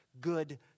good